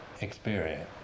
experience